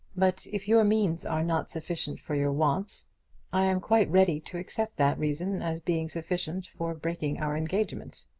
but if your means are not sufficient for your wants i am quite ready to accept that reason as being sufficient for breaking our engagement.